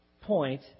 point